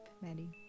Maddie